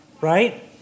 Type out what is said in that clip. right